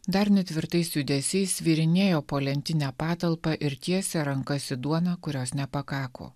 dar netvirtais judesiais svyrinėjo po lentinę patalpą ir tiesė rankas į duoną kurios nepakako